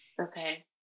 okay